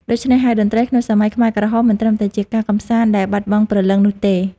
ដូច្នេះហើយ តន្ត្រីក្នុងសម័យខ្មែរក្រហមមិនត្រឹមតែជាការកម្សាន្តដែលបាត់បង់ព្រលឹងនោះទេ។